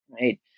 right